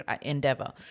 endeavor